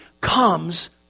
comes